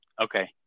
Okay